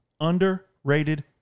underrated